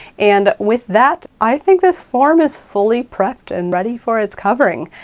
and with that, i think this form is fully prepped and ready for its covering.